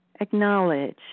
acknowledge